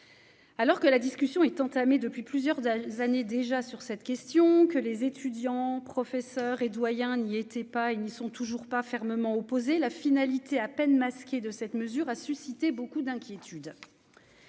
alors que la discussion est entamée depuis plusieurs années déjà, sur cette question que les étudiants, professeur et doyen n'y était pas, il n'y sont toujours pas fermement opposé la finalité à peine masquée de cette mesure a suscité beaucoup d'inquiétude,